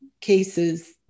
cases